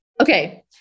Okay